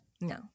No